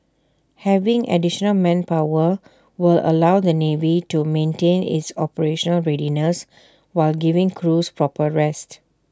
having additional manpower will allow the navy to maintain its operational readiness while giving crews proper rest